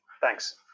Thanks